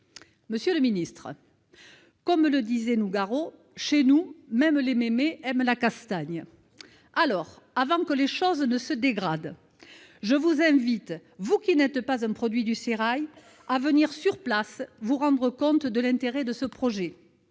Monsieur le ministre, comme le disait Nougaro :« Chez nous, même les mémés aiment la castagne !» C'est vrai ! Alors, avant que la situation ne se dégrade, je vous invite, vous qui n'êtes pas un produit du sérail, à venir sur place vous rendre compte de l'intérêt réel de ce projet.